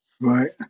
Right